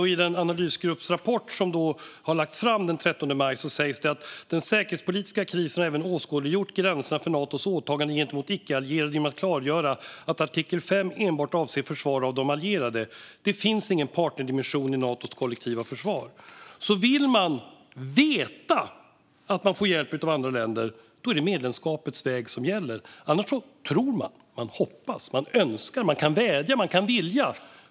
I den analysgruppsrapport som lades fram den 13 maj säger man följande: "Den säkerhetspolitiska krisen har även åskådliggjort gränserna för Natos åtaganden gentemot icke-allierade genom att klargöra att artikel 5 enbart avser försvar av de allierade. Det finns ingen partnerdimension i Natos kollektiva försvar." Vill man veta att man får hjälp av andra länder är det medlemskapets väg som gäller. Annars tror man. Man hoppas. Man önskar. Man kan vädja. Man kan vilja.